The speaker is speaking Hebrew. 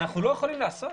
אנחנו לא יכולים לעשות?